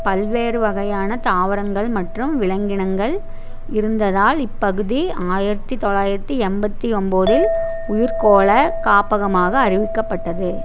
பல்வேறு வகையான தாவரங்கள் மற்றும் விலங்கினங்கள் இருந்ததால் இப்பகுதி ஆயிரத்து தொள்ளாயிரத்து எண்பத்தி ஒம்பதில் உயிர்க்கோளக் காப்பகமாக அறிவிக்கப்பட்டது